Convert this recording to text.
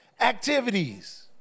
activities